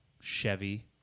Chevy